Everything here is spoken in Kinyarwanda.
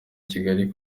kigali